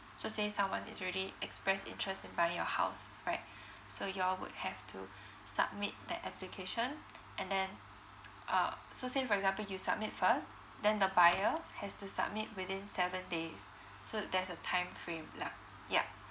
so say someone is really express interest in buying your house right so you all would have to submit the application and then uh so say for example you submit first then the buyer has to submit within seven days so there's a time frame lah yup